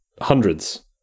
hundreds